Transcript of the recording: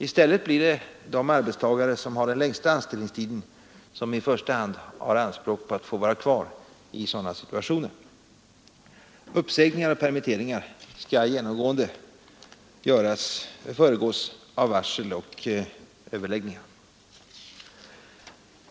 I stället blir det de arbetstagare som har den längsta anställningstiden som i första hand har anspråk på att få vara kvar i sådana situationer. Uppsägningar och permitteringar skall genomgående föregås av varsel och överläggningar.